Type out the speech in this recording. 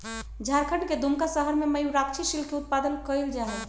झारखंड के दुमका शहर में मयूराक्षी सिल्क के उत्पादन कइल जाहई